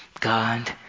God